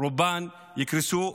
רובן יקרסו.